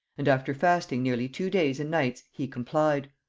and after fasting nearly two days and nights he complied.